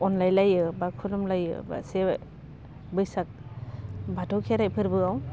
अनलायलायो बा खुलुमलायो से बैसाग बाथौ खेराय फोरबोयाव